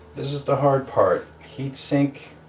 this is the hard part heat sink